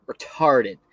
Retarded